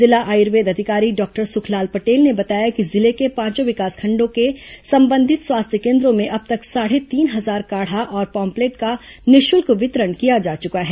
जिला आयुर्वेद अधिकारी डॉक्टर सुखलाल पटेल ने बताया कि जिले के पांचों विकासखंडों के संबंधित स्वास्थ्य केन्द्रों में अब तक साढ़े तीन हजार काढ़ा और पॉम्पलेट का निःशुल्क वितरण किया जा चुका है